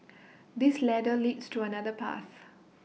this ladder leads to another path